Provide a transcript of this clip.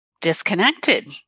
disconnected